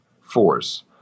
force